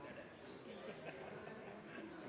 er det